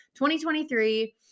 2023